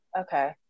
okay